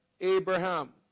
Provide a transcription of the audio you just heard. Abraham